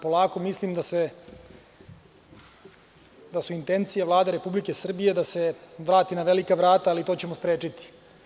Polako mislim da su intencije Vlade Republike Srbije da se vrati na velika vrata, ali to ćemo sprečiti.